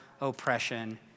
oppression